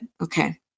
okay